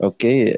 Okay